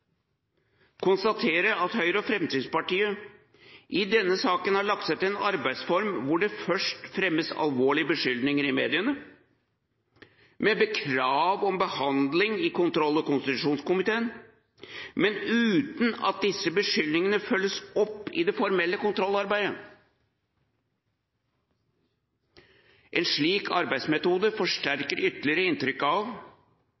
konstatere at Høyre og Fremskrittspartiet i denne saken har lagt seg til en arbeidsform hvor det først fremmes alvorlige beskyldninger i mediene, med krav om behandling i kontroll- og konstitusjonskomiteen, men uten at disse beskyldningene følges opp i det formelle kontrollarbeidet. En slik arbeidsmetode forsterker ytterligere inntrykket av